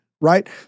right